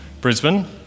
Brisbane